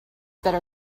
better